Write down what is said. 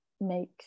make